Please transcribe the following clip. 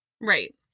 right